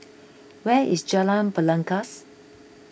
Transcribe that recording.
where is Jalan Belangkas